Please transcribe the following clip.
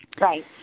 Right